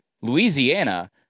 Louisiana